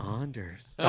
anders